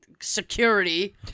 Security